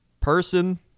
person